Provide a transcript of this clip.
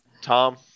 Tom